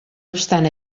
obstant